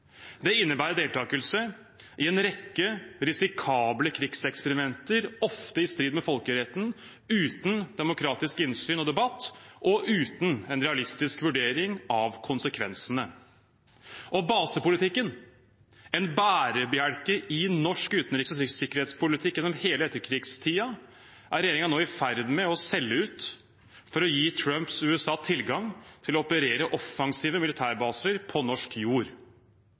Det innebærer deltakelse i en rekke risikable krigseksperimenter, ofte i strid med folkeretten, uten demokratisk innsyn og debatt og uten en realistisk vurdering av konsekvensene. Basepolitikken, en bærebjelke i norsk utenriks- og sikkerhetspolitikk gjennom hele etterkrigstiden, er regjeringen nå i ferd med å selge ut for å gi Trumps USA tilgang til å operere offensive militærbaser på norsk jord.